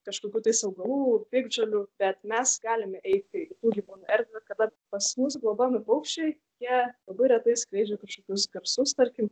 kažkokių tais augalų piktžolių bet mes galime eiti į tų gyvūnų į erdvę kada pas mus globojami paukščiai jie labai retai skleidžia kažkokius garsus tarkim